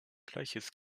gleiches